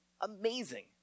amazing